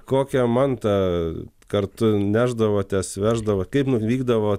kokią mantą kartu nešdavotės veždavo kaip nuvykdavot